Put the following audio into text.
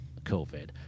COVID